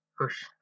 push